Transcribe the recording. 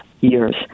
years